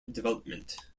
development